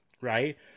right